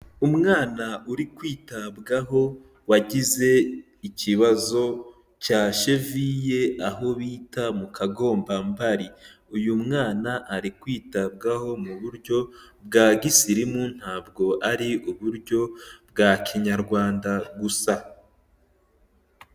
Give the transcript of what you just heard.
Umwana uri kwitabwaho wagize ikibazo cya sheviye aho bita mu kagombambari, uyu mwana ari kwitabwaho mu buryo bwa gisirimu ntabwo ari uburyo bwa kinyarwanda gusa.